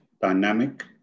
dynamic